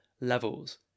levels